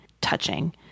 touching